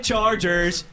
Chargers